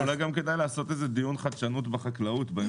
אולי כדאי לעשות בהמשך דיון על חדשנות בחקלאות.